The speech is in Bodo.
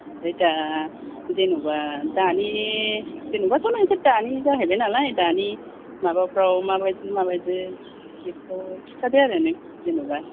ओमफ्राय दा जेनेबा दानि जेनेबाथ' नोंसोर दानि जाहैबाय नालाय दानि माबाफ्राव माबादि माबादि बेखौ खिथादो आरो नों जेनेबा